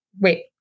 wait